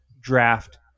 draft